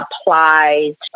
applied